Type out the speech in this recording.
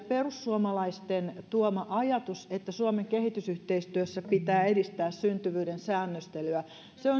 perussuomalaisten tuoma ajatus että suomen kehitysyhteistyössä pitää edistää syntyvyyden säännöstelyä